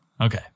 Okay